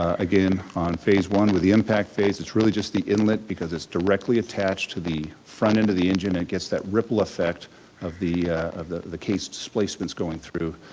again on phase one with the impact phase it's really just the inlet because it's directly attached to the front end of the engine and gets that ripple effect of the of the case displacements going through.